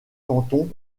cantons